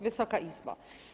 Wysoka Izbo!